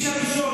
הראשון,